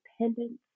independence